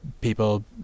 people